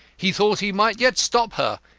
he thought he might yet stop her,